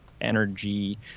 energy